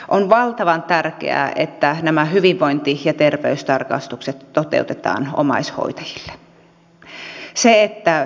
on valtavan tärkeää että nämä hyvinvointi ja terveystarkastukset toteutetaan omaishoitajille